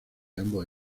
ambos